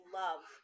love